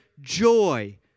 joy